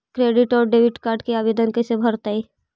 Credit और debit card के आवेदन कैसे भरैतैय?